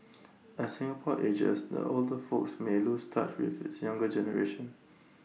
as Singapore ages the older folk may lose touch with the younger generation